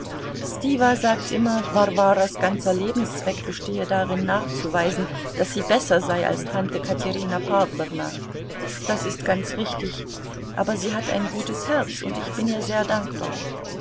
stiwa sagt immer warwaras ganzer lebenszweck bestehe darin nachzuweisen daß sie besser sei als tante katerina pawlowna das ist ganz richtig aber sie hat ein gutes herz und ich bin ihr sehr dankbar